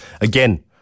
again